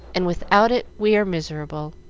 and without it we are miserable.